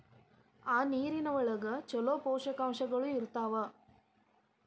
ಆ ನೇರಿನ ಒಳಗ ಚುಲೋ ಪೋಷಕಾಂಶಗಳು ಇರ್ತಾವ